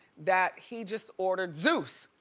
that he just ordered zeus.